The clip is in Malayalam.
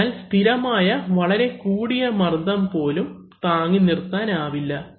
അതിനാൽ സ്ഥിരമായ വളരെ കൂടിയ മർദ്ദം പോലും താങ്ങിനിർത്താൻ കഴിയില്ല